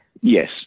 Yes